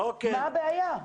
מה הבעיה?